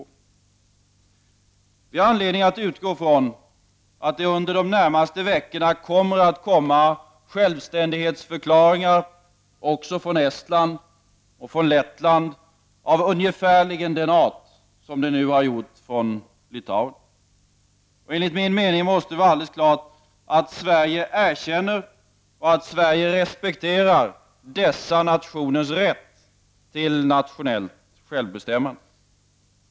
Vi har anledning att utgå från att det under de närmaste veckorna skall komma självständighetsförklaringar också från Estland och Lettland av ungefärligen den art som den som nu kommit från Litauen. Enligt min mening måste det vara alldeles klart att Sverige erkänner och respekterar dessa nationers rätt till nationellt självbestämmande.